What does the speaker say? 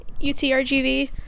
UTRGV